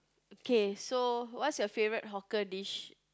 okay so what's your favourite hawker dish